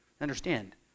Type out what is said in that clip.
Understand